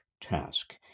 task